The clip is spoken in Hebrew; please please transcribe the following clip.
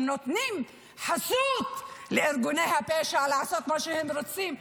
נותנים חסות לארגוני הפשע לעשות מה שהם רוצים,